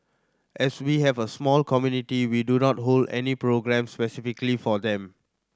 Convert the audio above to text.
as we have a small community we do not hold any programmes specifically for them